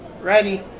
Ready